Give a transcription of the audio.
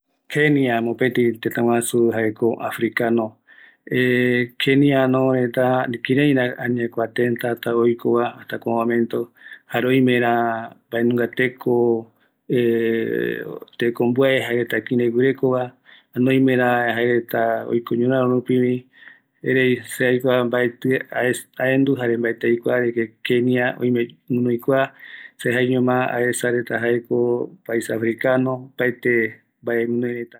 Kenia jaevi africano, jaevi tëtä oiporara ïruva Tétä retagui, ëreï kutɨgui jaereta kïraïko oiko retava mbaetɨ yaesa, ërëi oïmeko aipo jaereta oikua kïraï oasa yogueru kua ara rupi oikoretava, oïmeko aipo jetape jekorte oyoavï, ambuaeva teko reta ndive